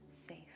safe